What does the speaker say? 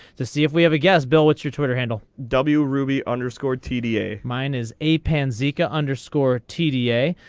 to see if we have a gas bill what's your twitter handle w. ruby underscore tda mine is a panzeca underscore tda.